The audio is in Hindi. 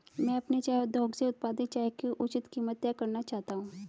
मैं अपने चाय उद्योग से उत्पादित चाय की उचित कीमत तय करना चाहता हूं